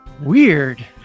weird